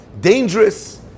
dangerous